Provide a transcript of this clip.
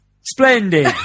Splendid